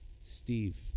Steve